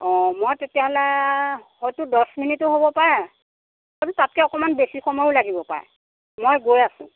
অ মই তেতিয়াহ'লে হয়তো দহ মিনিটো হ'ব পাৰে তাতকৈ অকণমান বেছি সময়ো লাগিব পাৰে মই গৈ আছোঁ